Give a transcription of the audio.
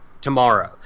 tomorrow